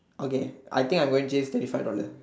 okay I think I'm going change thirty five dollar